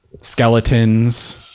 skeletons